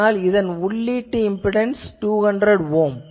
ஆனால் இதன் உள்ளீட்டு இம்பிடன்ஸ் 200 ஓம்